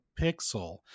pixel